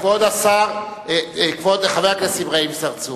כבוד חבר הכנסת אברהים צרצור,